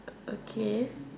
okay